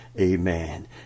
Amen